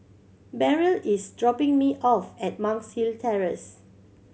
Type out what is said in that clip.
Beryl is dropping me off at Monk's Hill Terrace